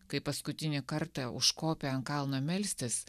kai paskutinį kartą užkopė ant kalno melstis